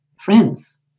friends